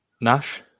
Nash